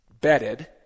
bedded